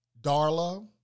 Darla